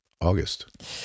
August